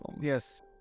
yes